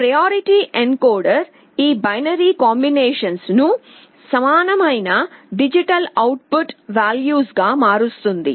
priority encoder ఈ binary combinations ను సమానమైన డిజిటల్ అవుట్ పుట్ వాల్యూస్ గా మారుస్తుంది